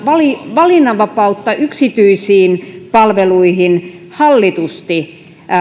valinnanvapautta yksityisiin palveluihin hallitusti